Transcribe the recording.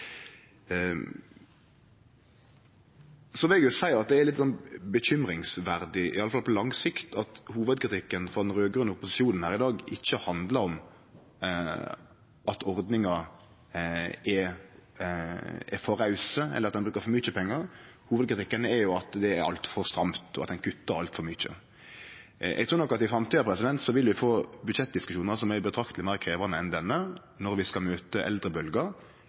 Så vil eg seie at det er litt urovekkjande, i alle fall på lang sikt, at hovudkritikken frå den raud-grøne opposisjonen her i dag ikkje handlar om at ordningar er for rause, eller at ein brukar for mykje pengar. Hovudkritikken er at det er altfor stramt, og at ein kuttar altfor mykje. Eg trur nok at i framtida vil vi få budsjettdiskusjonar som er betrakteleg meir krevjande enn denne, når vi skal møte